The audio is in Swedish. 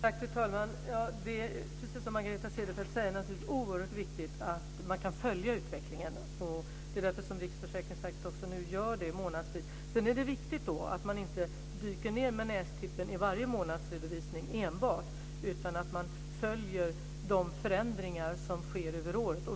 Det är, precis som Margareta Cederfelt säger, oerhört viktigt att man kan följa utvecklingen. Det är därför som Riksförsäkringsverket gör det månadsvis. Det är viktigt att inte dyka ned med nästippen i varje månadsredovisning - enbart - utan att man följer de förändringar som sker över året.